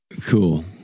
Cool